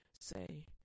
Say